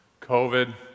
COVID